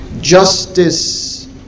Justice